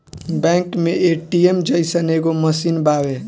bank मे ATM जइसन एगो मशीन बावे